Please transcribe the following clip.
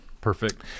perfect